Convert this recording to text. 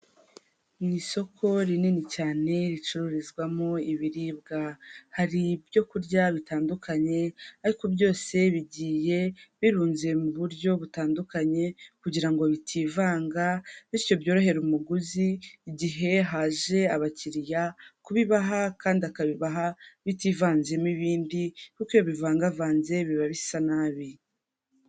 Ni isoko rinini cyane ricururizwamo ibiribwa, hari ibyo kurya bitandukanye ariko byose bigiye birunze mu buryo butandukanye kugira ngo bitivanga, bityo byorohere umuguzi igihe haje abakiriya kubibaha kandi akabibaha bitivanzemo ibindi, kuko bivangavanze biba bisa nabi.